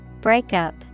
Breakup